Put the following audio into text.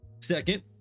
Second